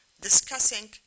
discussing